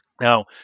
Now